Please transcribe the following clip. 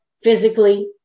physically